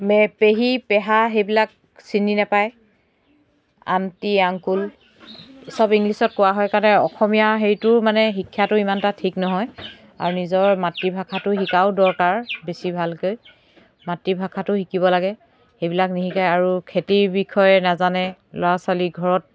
মে পেহী পেহা সেইবিলাক চিনি নেপায় আণ্টি আংকুল চব ইংলিছত কোৱা হয় কাৰণে অসমীয়াৰ হেৰিটো মানে শিক্ষাটো ইমানটা ঠিক নহয় আৰু নিজৰ মাতৃভাষাটো শিকাও দৰকাৰ বেছি ভালকৈ মাতৃভাষাটো শিকিব লাগে সেইবিলাক নিশিকায় আৰু খেতিৰ বিষয়ে নাজানে ল'ৰা ছোৱালী ঘৰত